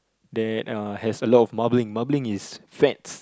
that has a lot of marbling marbling is fats